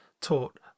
taught